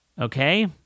Okay